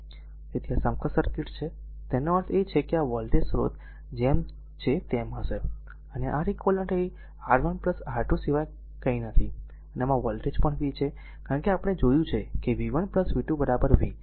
તેથી આ r સમકક્ષ સર્કિટ છે તેનો અર્થ એ છે કે r વોલ્ટેજ સ્ત્રોત જેમ છે તેમ હશે અને R eq એ r R1 R2 સિવાય બીજું કંઈ નથી અને આમાં વોલ્ટેજ પણ v છે કારણ કે આપણે જોયું છે કે v 1 v 2 v